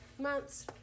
months